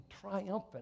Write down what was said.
triumphant